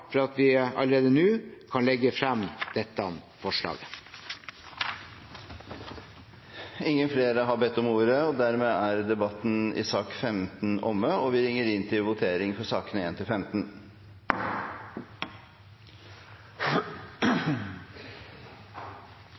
for at vi allerede nå kan legge frem dette forslaget. Flere har ikke bedt om ordet til sak nr. 15. Vi ringer inn til votering for sakene nr. 1–15. Det voteres over lovens overskrift og loven i sin helhet. Lovvedtaket vil bli satt opp til